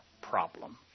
problem